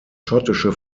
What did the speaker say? schottische